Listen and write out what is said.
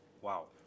Wow